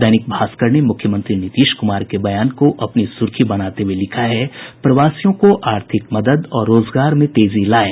दैनिक भास्कर ने मुख्यमंत्री नीतीश कुमार के बयान को अपनी सुर्खी बनाते हुये लिखा है प्रवासियों को आर्थिक मदद और रोजगार में तेजी लायें